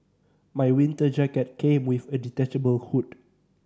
my winter jacket came with a detachable hood